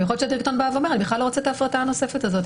שיכול להיות שפתאום בא ואומרת בכלל לא רוצה את ההפרטה הנוספת הזאת,